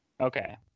Okay